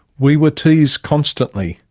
we were teased constantly,